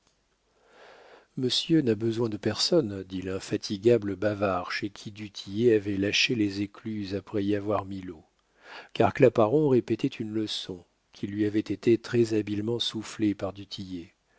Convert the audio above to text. monsieur n'a besoin de personne dit l'infatigable bavard chez qui du tillet avait lâché les écluses après y avoir mis l'eau car claparon répétait une leçon qui lui avait été très-habilement soufflée